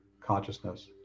consciousness